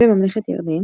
וממלכת ירדן,